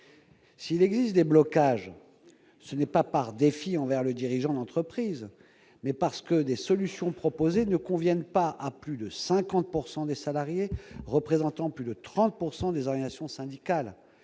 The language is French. S'il existe des blocages, ce n'est pas par défiance envers le dirigeant d'entreprise, mais parce que les solutions proposées ne conviennent pas à plus de 50 % des salariés et à plus de 30 % des organisations syndicales.